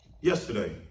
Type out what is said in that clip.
yesterday